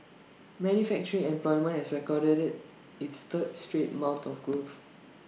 manufacturing employment also recorded its third straight month of growth